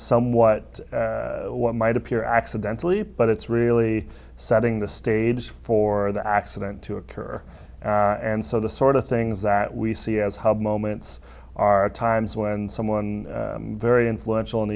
somewhat what might appear accidentally but it's really setting the stage for the accident to occur and so the sort of things that we see as hub moments are times when someone very influential